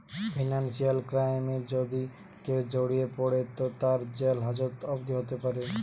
financial ক্রাইমে যদি কেও জড়িয়ে পড়ে তো তার জেল হাজত অবদি হোতে পারে